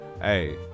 Hey